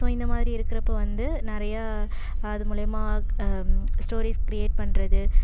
so இந்தமாதிரி இருக்கிறப்போ வந்து நிறைய அது மூலயமா ஸ்டோரீஸ் க்ரியேட் பண்ணுறது